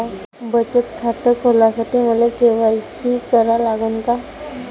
बचत खात खोलासाठी मले के.वाय.सी करा लागन का?